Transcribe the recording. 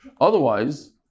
Otherwise